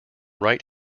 right